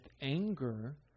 anger